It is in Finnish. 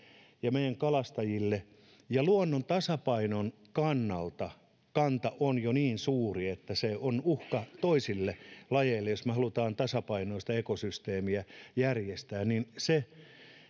ja meidän kalastajillemme ja luonnon tasapainon kannalta kanta on jo niin suuri että se on uhka toisille lajeille jos me haluamme tasapainoista ekosysteemiä järjestää ei sitä